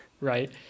Right